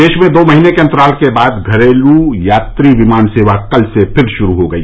देश में दो महीने के अंतराल के बाद घरेलू यात्री विमान सेवा कल से फिर शुरू हो गई